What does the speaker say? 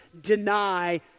deny